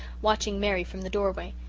watching mary from the doorway.